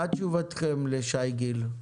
מה תשובתכם לשי גיל?